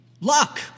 luck